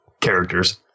characters